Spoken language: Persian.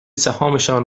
سهامشان